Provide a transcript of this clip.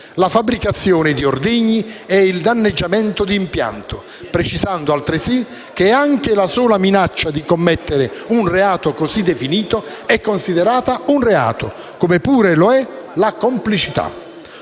la fabbricazione di ordigni e il danneggiamento di impianto, precisando altresì che anche la sola minaccia di commettere un reato così definito è considerata un reato, come pure lo è la complicità.